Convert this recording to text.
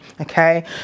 Okay